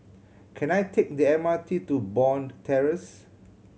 can I take the M R T to Bond Terrace